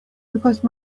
because